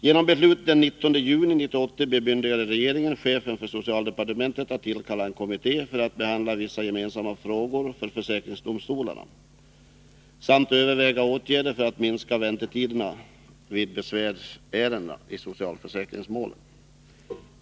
Genom beslut den 19 juni 1980 bemyndigade regeringen chefen för socialdepartementet att tillkalla en kommitté för att behandla vissa för försäkringsdomstolarna gemensamma frågor samt överväga åtgärder för att minska väntetiderna vid besvär i socialförsäkringsärenden.